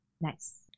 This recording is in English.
Nice